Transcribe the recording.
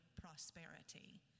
prosperity